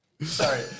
Sorry